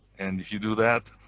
and if you do that,